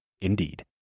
Indeed